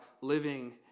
living